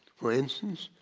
for instance,